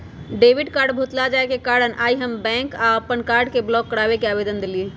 debit card भुतला जाय के कारण आइ हम बैंक जा कऽ अप्पन कार्ड के ब्लॉक कराबे के आवेदन देलियइ